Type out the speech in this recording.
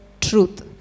truth